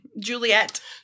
Juliet